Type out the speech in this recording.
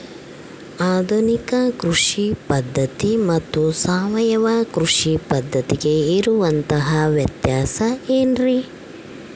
ಆಧುನಿಕ ಕೃಷಿ ಪದ್ಧತಿ ಮತ್ತು ಸಾವಯವ ಕೃಷಿ ಪದ್ಧತಿಗೆ ಇರುವಂತಂಹ ವ್ಯತ್ಯಾಸ ಏನ್ರಿ?